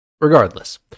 regardless